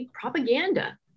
propaganda